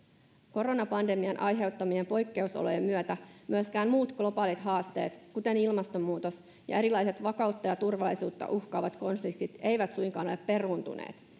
koronapandemian aiheuttamien poikkeusolojen myötä myöskään muut globaalit haasteet kuten ilmastonmuutos ja erilaiset vakautta ja turvallisuutta uhkaavat konfliktit eivät suinkaan ole peruuntuneet